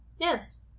Yes